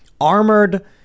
armored